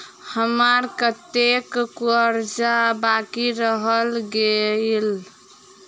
हम्मर कत्तेक कर्जा बाकी रहल गेलइ?